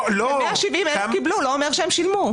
לא --- 170,000 קיבלו, זה לא אומר שזה שילמו.